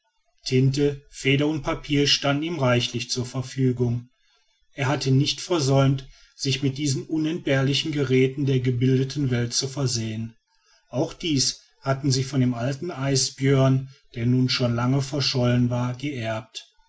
tinte feder und papier stand ihm reichlich zur verfügung er hatte nicht versäumt sich mit diesen unentbehrlichen geräten der gebildeten welt zu versehen auch dies hatten sie von dem alten isbjörn der nun schon lange verschollen war geerbt